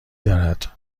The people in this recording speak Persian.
دارد